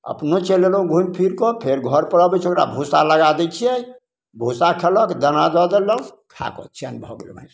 अपनो चलि अयलहुँ घुमि फिर कऽ फेर घरपर अबय छै ओकरा भूसा लगा दै छियै भूसा खयलक दाना दऽ देलहुँ खा कऽ चैन भऽ गेल भैंस